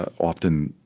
ah often,